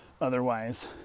Otherwise